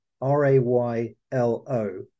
R-A-Y-L-O